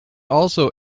also